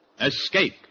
Escape